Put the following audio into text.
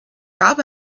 gab